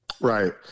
Right